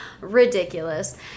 ridiculous